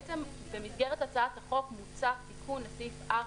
במסגרת הצעת החוק מוצע תיקון לסעיף 4